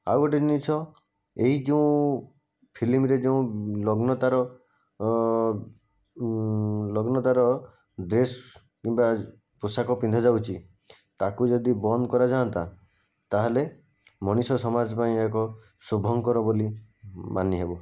ଆଉ ଗୋଟେ ଜିନିଷ ଏଇ ଯୋଉଁ ଫିଲ୍ମରେ ଯେଉଁ ନଗ୍ନତାର ନଗ୍ନତାର ଡ୍ରେସ୍ କିମ୍ବା ପୋଷାକ ପିନ୍ଧା ଯାଉଛି ତାକୁ ଯଦି ବନ୍ଦ କରାଯାଆନ୍ତା ତାହେଲେ ମଣିଷ ସମାଜ ପାଇଁ ଏହା ଏକ ଶୁଭଙ୍କର ବୋଲି ମାନି ହେବ